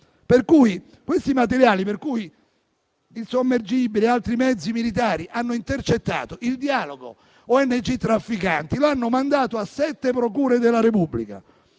questi materiali. Il sommergibile e altri mezzi militari hanno intercettato il dialogo ONG-trafficanti e lo hanno mandato a sette procure della Repubblica;